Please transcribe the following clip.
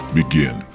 begin